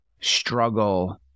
struggle